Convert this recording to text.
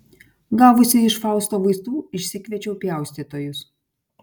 gavusi iš fausto vaistų išsikviečiau pjaustytojus